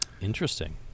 Interesting